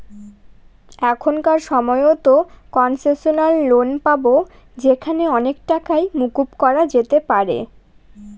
এখনকার সময়তো concessional loan পাবো যেখানে অনেক টাকাই মকুব করা যেতে পারে